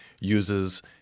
uses –